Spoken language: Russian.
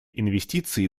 инвестиции